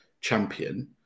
champion